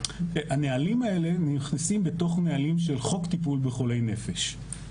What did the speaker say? הנהלים האלה נכנסים בתוך נהלים של חוק טיפול בחולי נפש.